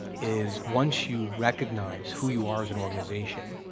is once you recognize who you are as an organization,